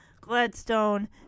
Gladstone